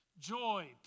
joy